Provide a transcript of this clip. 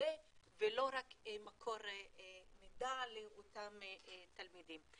מלווה ולא רק מקור מידע לאותם תלמידים.